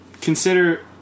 consider